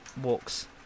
walks